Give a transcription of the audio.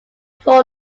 four